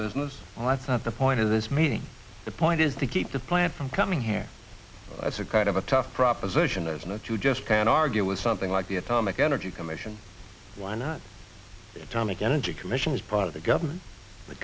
business well that's not the point of this meeting the point is to keep the plant from coming here as a kind of a tough proposition is not you just can't argue with something like the atomic energy commission why not tomic energy commission is part of the government